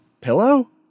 pillow